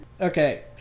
Okay